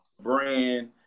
brand